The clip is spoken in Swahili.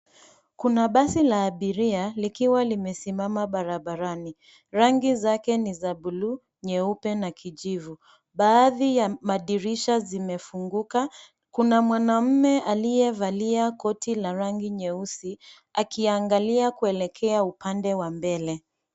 Kuna basi la abiria likiwa limesimama barabarani. Rangi zake ni za bluu, nyeupe na kijivu. Baadhi ya madirisha zimefunguka. Kuna mwanamume aliyevalia koti la rangi nyeusi, akiangalia kuelekea upande wa mbele.